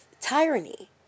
tyranny